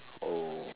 oh